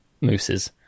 mooses